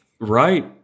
right